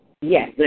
Yes